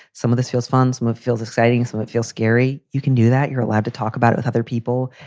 some of this feels funds move, feel the sightings so it feel scary. you can do that. you're allowed to talk about it with other people.